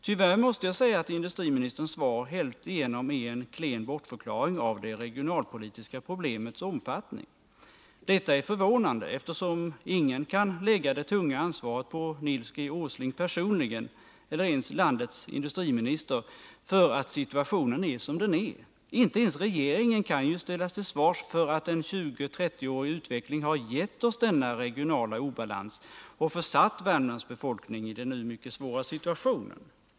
Tyvärr måste jag säga att industriministerns svar helt igenom är en klen bortförklaring av det regionalpolitiska problemets omfattning. Detta är förvånande, eftersom ingen kan lägga det tunga ansvaret på Nils G. Åsling personligen eller ens på landets industriminister för att situationen är som den är. Inte ens regeringen kan ju ställas till svars för att en 20-30-årig utveckling har gett oss denna regionala obalans och försatt Värmlands befolkning i den nu mycket svåra situationen.